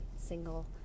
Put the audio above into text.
single